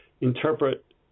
interpret